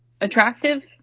attractive